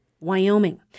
Wyoming